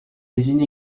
désigne